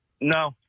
No